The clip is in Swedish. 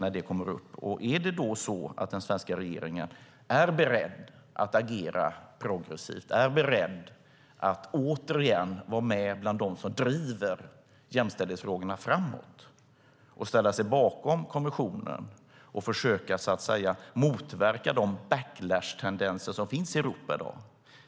Är den svenska regeringen beredd, när det kommer tillbaka, att agera progressivt och återigen vara med bland dem som driver jämställdhetsfrågorna framåt, ställa sig bakom kommissionen och försöka motverka de backlashtendenser som finns i Europa i dag?